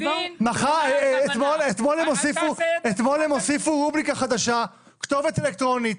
אתמול הם הוסיפו רובריקה חדשה לכתובת אלקטרונית.